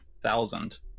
thousand